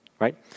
right